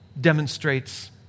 demonstrates